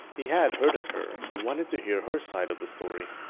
he had heard of her, but wanted to hear her side of the story.